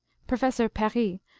professor perrey,